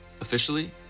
Officially